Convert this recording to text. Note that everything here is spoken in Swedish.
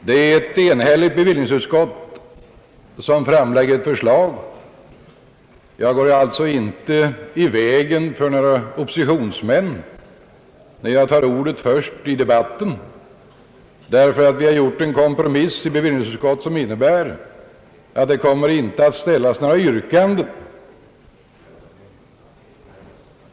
Det är ett enhälligt bevillningsutskott, som framlägger ett förslag. Jag går alltså inte i vägen för några oppositionsmän när jag är den förste som tar ordet i debatten. Vi har nämligen i bevillningsutskottet gjort en kompromiss som innebär att det inte kommer att ställas några yrkanden.